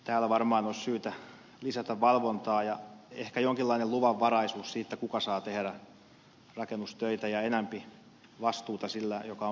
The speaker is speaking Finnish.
täällä varmaan olisi syytä lisätä valvontaa ja tarvitaan ehkä jonkinlainen luvanvaraisuus siitä kuka saa tehdä rakennustöitä ja on pantava enemmän vastuuta sille joka on pääurakoitsijana